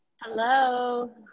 Hello